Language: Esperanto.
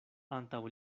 antaŭ